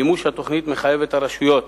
מימוש התוכנית מחייב את הרשויות